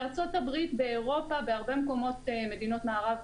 בארצות הברית ואירופה, בהרבה מדינות במערב,